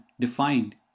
defined